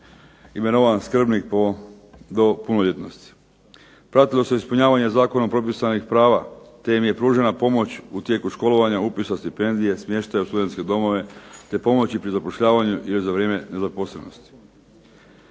imenovan skrbnik do punoljetnosti. Pratilo se ispunjavanje zakonom propisanih prava, te im je pružena pomoć u tijeku školovanja, upisa stipendije, smještaja u studentske domove, te pomoći pri zapošljavanju ili za vrijeme nezaposlenosti.